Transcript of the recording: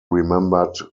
remembered